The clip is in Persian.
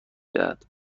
دهد